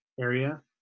area